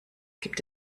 gibt